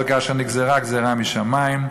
אבל כאשר נגזרה הגזירה משמים,